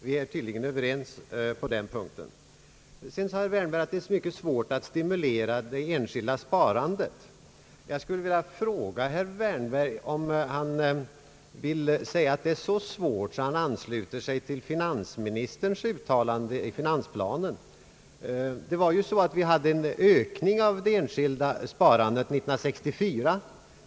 Vi är tydligen överens på den punkten. Vidare sade herr Wärnberg att det är mycket svårt att stimulera det enskilda sparandet. Jag skulle vilja fråga herr Wärnberg, om han anser att detta är så svårt att han ansluter sig till finansministerns uttalande i finansplanen. Det var ju så att vi hade en ökning av det enskilda sparandet 1964.